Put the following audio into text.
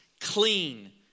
clean